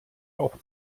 auch